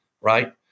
right